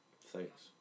Thanks